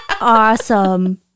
awesome